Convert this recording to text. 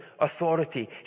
authority